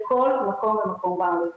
בכל מקום ומקום בארץ.